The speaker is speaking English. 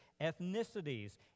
ethnicities